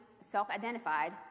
self-identified